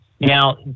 Now